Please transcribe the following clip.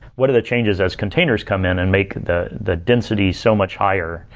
what are the changes as containers come in and make the the density so much higher?